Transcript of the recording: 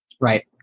Right